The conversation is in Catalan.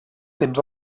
temps